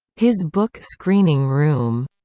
his book screening room,